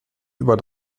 über